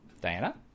Diana